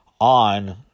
on